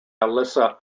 alissa